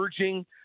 urging –